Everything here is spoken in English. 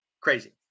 Crazy